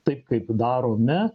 taip kaip darome